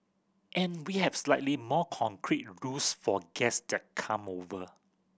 and we have slightly more concrete rules for guest come over